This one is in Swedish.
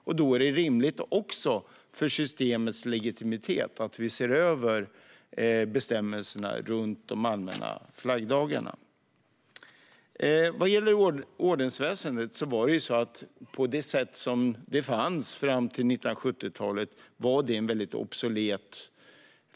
För systemets legitimitet är det då också rimligt att vi ser över bestämmelserna för de allmänna flaggdagarna. Det ordensväsen som fanns fram till 1970-talet var obsolet.